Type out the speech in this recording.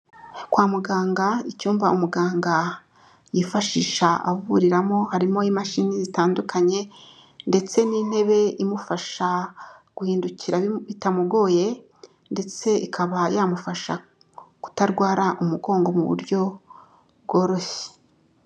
wa muganga icyumba umuganga yifashisha avuriramo harimo imashini zitandukanye ndetse n'intebe imufasha guhindukira bitamugoye, ndetse ikaba yamufasha kutarwara umugongo mu buryo bworoshye.